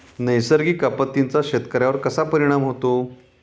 नैसर्गिक आपत्तींचा शेतकऱ्यांवर कसा परिणाम होतो?